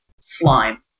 slime